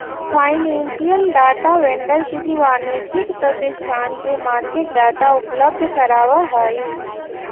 financial data vendor किसी वाणिज्यिक प्रतिष्ठान के मार्केट डाटा उपलब्ध करावऽ हइ